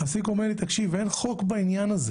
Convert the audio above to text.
המעסיק אומר, תקשיב, אין חוק בעניין הזה